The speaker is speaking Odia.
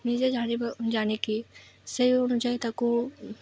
ନିଜେ ଜାନିକି ସେହି ଅନୁଯାୟୀ ତାକୁ